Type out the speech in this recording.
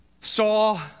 saw